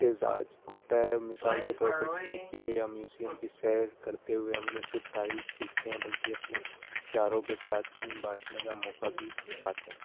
امتزاج ہوتا ہے مثال کے طور پر کسی قعے یا میوزیم کی سیر کرتے ہوئے ہم نہ صرف تاریخ سیکھتے ہیں بلکہ اپنے پیاروں کے ساتھ ان بانٹنے کا موقع بھی پاتے ہیں